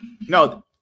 No